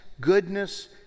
goodness